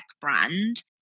brand